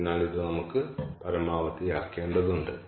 അതിനാൽ ഇത് നമുക്ക് പരമാവധിയാക്കേണ്ടതുണ്ട്